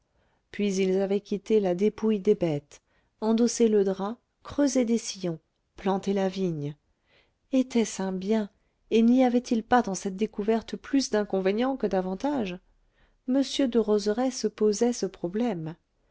puis ils avaient quitté la dépouille des bêtes endossé le drap creusé des sillons planté la vigne était-ce un bien et n'y avait-il pas dans cette découverte plus d'inconvénients que d'avantages m derozerays se posait ce problème